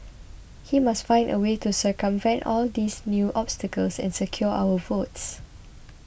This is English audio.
he must find a way to circumvent all these new obstacles and secure our votes